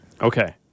Okay